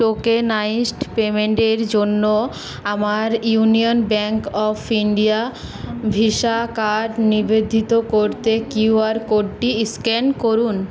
tokenised পেইমেন্টের জন্য আমার Union Bank of India Visa card নিবন্ধিত করতে কিউআর কোডটি স্ক্যান করুন